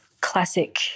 classic